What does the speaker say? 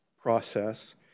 process